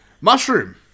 Mushroom